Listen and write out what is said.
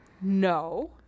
No